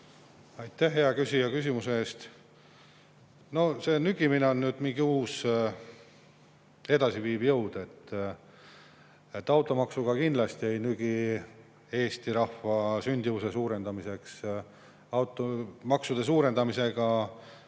Aitäh, hea küsija, küsimuse eest! See nügimine on nüüd mingi uus edasiviiv jõud. Automaksuga kindlasti ei nügita Eesti rahvast sündimuse suurendamise poole. Maksude suurendamisega